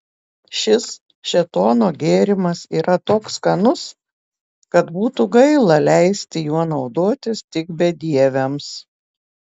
šis šėtono gėrimas yra toks skanus kad būtų gaila leisti juo naudotis tik bedieviams